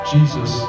Jesus